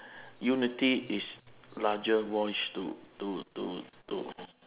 unity is larger voice to to to to